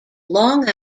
long